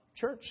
church